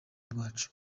rwacu